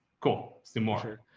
cool. let's do more.